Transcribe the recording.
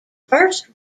first